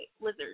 lizard